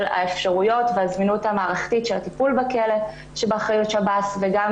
האפשרויות והזמינות המערכתית של הטיפול בכלא שבאחריות שב"ס וגם